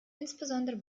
insbesondere